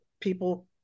people